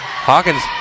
Hawkins